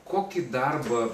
kokį darbą